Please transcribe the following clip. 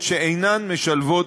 ולא לשווייץ.